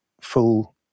full